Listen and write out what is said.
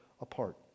apart